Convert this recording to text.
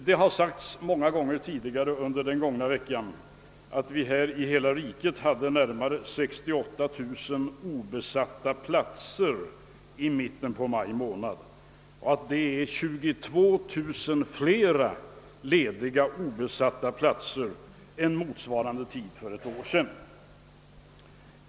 Det har sagts många gånger tidigare under den gångna veckan, att vi i hela riket hade närmare 68 000 obesatta platser i mitten av maj månad och att det är 22 000 fler obesatta platser än vid motsvarande tid för ett år sedan.